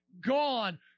gone